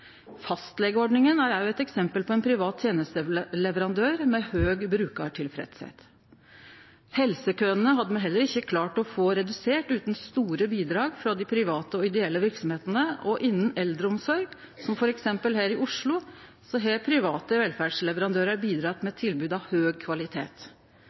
er også eit eksempel på ein privat tenesteleverandør med høg brukartilfredsheit. Helsekøane hadde me heller ikkje klart å få redusert utan store bidrag frå dei private og ideelle verksemdene, og innan eldreomsorg, som f.eks. her i Oslo, har private velferdsleverandørar bidrege med tilbod av høg kvalitet.